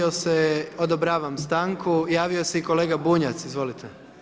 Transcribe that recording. Odobravam stanku, javio se i kolega Bunjac, izvolite.